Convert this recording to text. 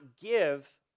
give